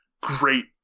great